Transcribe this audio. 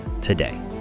today